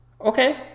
Okay